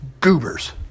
goobers